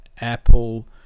Apple